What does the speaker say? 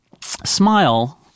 smile